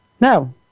No